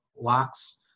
locks